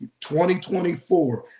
2024